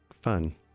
Fun